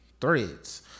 Threads